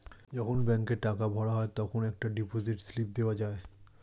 যখন ব্যাংকে টাকা ভরা হয় তখন একটা ডিপোজিট স্লিপ দেওয়া যায়